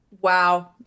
Wow